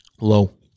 Low